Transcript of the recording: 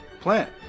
plant